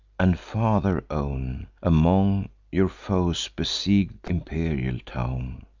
and farther own, among your foes besieg'd th' imperial town.